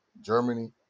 Germany